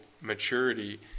maturity